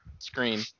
Screen